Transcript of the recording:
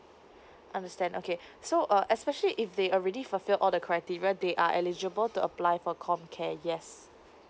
understand okay so uh especially if they already fulfill all the criteria they are eligible to apply for comcare yes